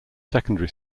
secondary